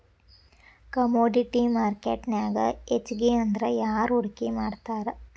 Commodity ಮಾರ್ಕೆಟ್ನ್ಯಾಗ್ ಹೆಚ್ಗಿಅಂದ್ರ ಯಾರ್ ಹೂಡ್ಕಿ ಮಾಡ್ತಾರ?